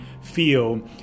feel